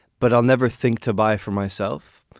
but i'll never think to buy for myself.